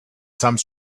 some